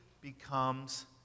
becomes